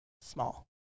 small